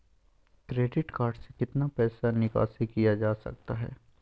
Credit card से कितना पैसा निकासी किया जा सकता है?